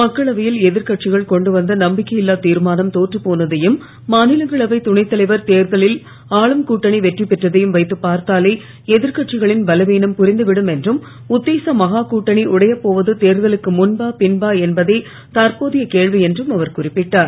மக்களவையில் எதிர் கட்சிகள் கொண்டுவந்த நம்பிக்கையில்லா தீர்மானம் தோற்றுப் போனதையும் மாநிலங்களவை துணைத்தலைவர் தேர்தலில் ஆளும் கூட்டணி வெற்றிபெற்றதையும் வைத்துப் பார்த்தாலே எதிர்கட்சிகளின் பலவீனம் புரிந்துவிடும் என்றும் உத்தேச மகா கூட்டணி உடையப் போவது தேர்தலுக்கு முன்பா பின்பா என்பதே தற்போதைய கேள்வி என்றும் அவர் குறிப்பிட்டார்